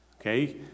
Okay